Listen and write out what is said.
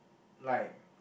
like